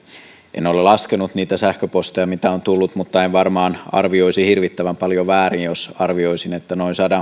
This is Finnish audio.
en ole laskenut niitä sähköposteja mitä on tullut mutta en varmaan arvioisi hirvittävän paljon väärin jos arvioisin että noin sadan